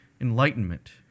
enlightenment